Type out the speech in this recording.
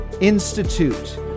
institute